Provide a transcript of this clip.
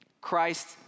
Christ